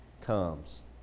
comes